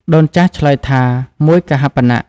ដូនចាស់ឆ្លើយថា “មួយកហាបណៈ”។